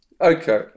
Okay